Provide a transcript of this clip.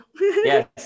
Yes